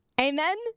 Amen